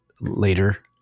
later